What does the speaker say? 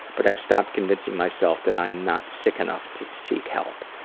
but i've stopped convincing myself that i'm not sick enough to seek help.